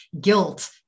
guilt